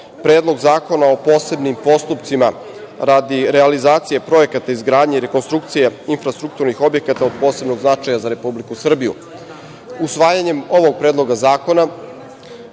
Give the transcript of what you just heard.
Predlog zakona o posebnim postupcima radi realizacije projekata izgradnje i rekonstrukcije infrastrukturnih objekata od posebnog značaja za Republiku